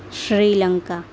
Sri Lanka